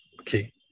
Okay